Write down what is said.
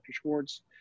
Schwartz